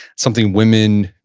something women,